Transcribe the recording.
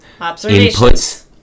inputs